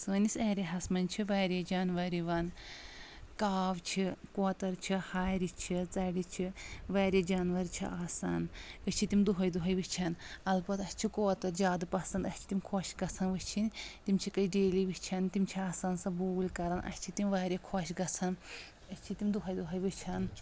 سٲنِس ایریا ہس منٛز چھِ واریاہ جانور یِوان کاو چھ کۄتر چھِ ہارِ چھِ ژرِ چھِ واریاہ جانور چھِ آسان أسۍ چھِ تِم دۄہٲے دۄہٲے وٕچھان البتہ اسہِ چھِ کۄتُر زیادٕ پسنٛد اسہِ چھِ تِم خۄش گژھان وٕچھِنۍ تِم چھِکھ أسۍ ڈیلی وٕچھان تِم چھِ آسان سۄ بوٗلۍ کران اسہِ چھِ تِم واریاہ خۄش گژھان أسۍ چھِ تِم دۄہٲے دۄہٲے وٕچھان